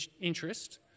interest